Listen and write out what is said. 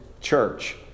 church